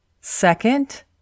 Second